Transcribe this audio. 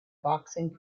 boxing